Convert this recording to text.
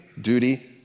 duty